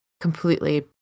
completely